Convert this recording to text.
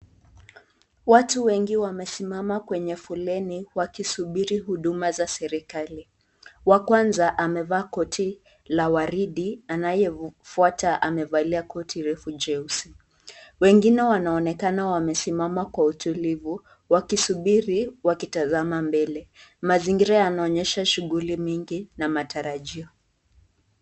Watu wengi wamesimama kwenye fuleni wakisubiri huduma za serikali, wa kwanza amevaa koti la waridi, anayefuata amevaa koti refu jeusi, wengine wanaonekana wamesimama kwa utulivu wakisubiri wakitazama mbele. Mazingira yanaonyesha shughuli mingi na matarajio.